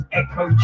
echo